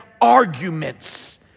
arguments